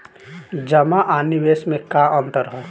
जमा आ निवेश में का अंतर ह?